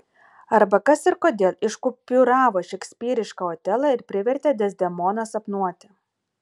arba kas ir kodėl iškupiūravo šekspyrišką otelą ir privertė dezdemoną sapnuoti